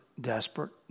desperate